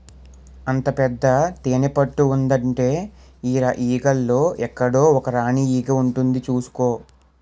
అంత పెద్ద తేనెపట్టు ఉందంటే ఆ ఈగల్లో ఎక్కడో ఒక రాణీ ఈగ ఉంటుంది చూసుకో